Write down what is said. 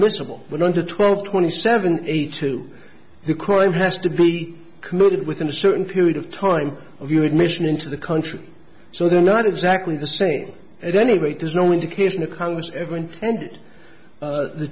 inadmissible one hundred twelve twenty seven eight two the crime has to be committed within a certain period of time of your admission into the country so they're not exactly the same at any rate there's no indication of congress ever intended the t